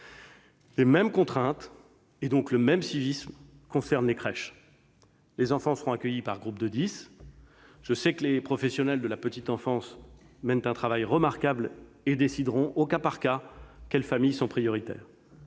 Les mêmes contraintes et, donc, le même civisme s'imposent aux crèches. Les enfants seront accueillis par groupes de dix. Je sais que les professionnels de la petite enfance mènent un travail remarquable et qu'ils décideront, au cas par cas, quelles sont les familles prioritaires.